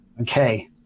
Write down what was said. Okay